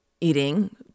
eating